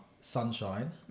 Sunshine